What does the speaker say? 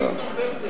הפקיד נוזף בך.